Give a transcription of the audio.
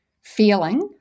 feeling